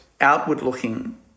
outward-looking